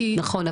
נכון,